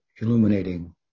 illuminating